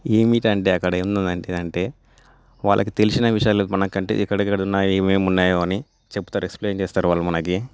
ఏమిటంటే అక్కడ ఏముందంటే వాళ్ళకి తెలిసిన విషయాలు మనకంటే ఎక్కడెక్కడ ఉన్నాయి ఎమున్నాయి అని చెప్తారు ఎక్స్ప్లెయిన్ చేస్తారు వాళ్ళు మనకి